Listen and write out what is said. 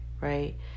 right